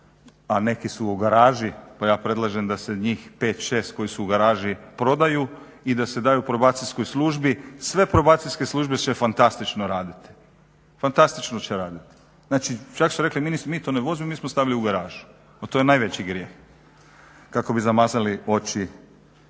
a neki su u garaži pa ja predlažem da se njih 5, 6 koji su u garaži prodaju i da se daju Probacijskoj službi, sve Probacijske službe će fantastično raditi, fantastično će raditi. Znači čak su rekli ministri mi to ne vozimo mi smo stavili u garažu, pa to je najveći grijeh kako bi zamazali oči.